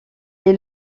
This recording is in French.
est